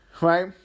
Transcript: Right